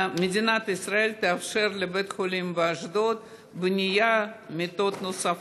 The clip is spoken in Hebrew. המדינה תאפשר לבית חולים באשדוד מיטות נוספות,